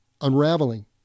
unraveling